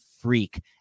freak